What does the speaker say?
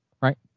right